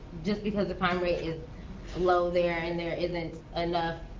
just because the crime rate is low there, and there isn't enough